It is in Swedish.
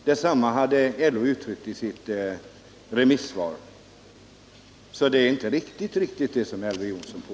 Detsamma hade LO uttryckt i sitt remissvar. Vad Elver Jonsson påstår är alltså inte helt riktigt.